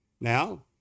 Now